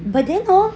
but then hor